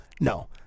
No